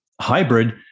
hybrid